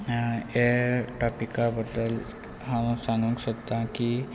हे टॉपिका बद्दल हांव सांगूंक सोदतां की